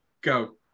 go